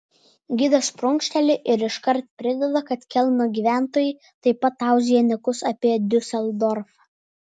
gidas prunkšteli ir iškart prideda kad kelno gyventojai taip pat tauzija niekus apie diuseldorfą